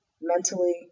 mentally